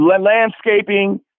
landscaping